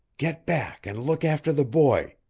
get back and look after the boy,